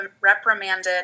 reprimanded